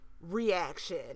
reaction